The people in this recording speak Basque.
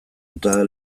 eta